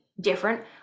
different